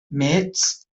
mêts